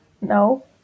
No